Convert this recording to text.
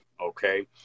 okay